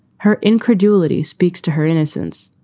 her incredulity speaks to her innocence,